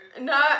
No